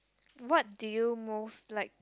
what do you most like